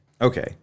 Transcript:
Okay